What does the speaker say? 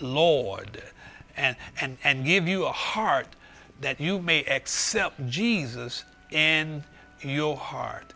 lord and and give you a heart that you may accept jesus and your hear